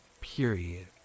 period